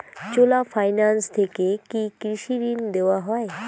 চোলা finance থেকে কি কৃষি ঋণ দেওয়া হয়?